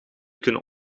kunnen